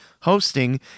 hosting